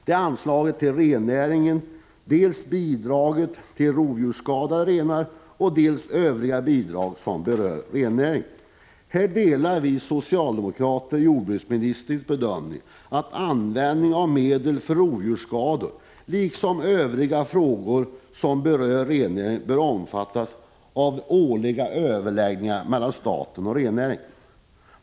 Det gäller anslaget till rennäringen — dels bidraget till rovdjursskadade renar, dels övriga bidrag som berör rennäringen. Här delar vi socialdemokrater jordbruksministerns bedömning att användning av medel för rovdjursskador liksom övriga frågor som berör rennäringen bör omfattas av årliga överläggningar mellan staten och rennäringen.